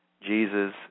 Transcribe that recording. Jesus